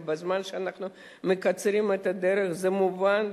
ובזמן שאנחנו מקצרים את הדרך זה מובן,